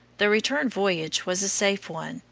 the return voyage was a safe one,